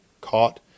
caught